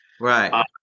Right